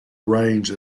range